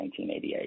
1988